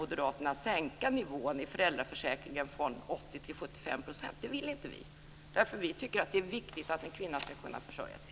Moderaterna och sänka nivån i föräldraförsäkringen från 80 % till 75 %. Vi vill inte det. Vi tycker att det är viktigt att en kvinna ska kunna försörja sig.